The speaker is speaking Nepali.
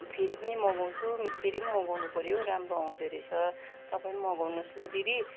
फेरि पनि मगाउँछु फेरि पनि मगाउनु पऱ्यो राम्रो आउँदै रहेछ तपाईँ नि मगाउनुहोस् ल दिदी